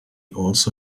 also